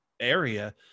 area